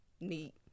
neat